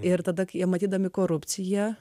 ir tada kai jie matydami korupciją